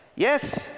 Yes